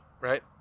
Right